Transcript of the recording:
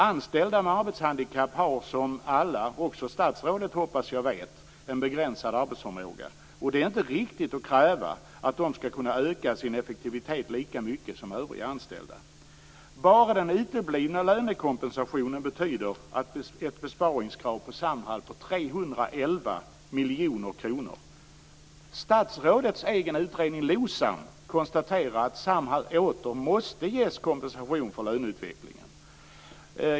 Anställda med arbetshandikapp har som alla vet - också statsrådet, hoppas jag - begränsad arbetsförmåga. Det är inte riktigt att kräva att de skall kunna öka sin effektivitet lika mycket som övriga anställda. Bara den uteblivna lönekompensationen betyder ett besparingskrav på Samhall på 311 miljoner kronor. I statsrådets egen utredning LOSAM konstateras det att Samhall åter måste ges kompensation för löneutvecklingen.